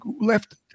left